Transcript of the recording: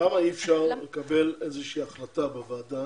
למה אי אפשר לקבל איזושהי החלטה בוועדה